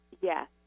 Yes